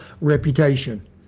reputation